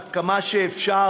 עד כמה שאפשר,